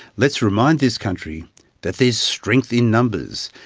let's remind this country that there's strength in numbers.